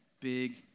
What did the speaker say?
big